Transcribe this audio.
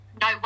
No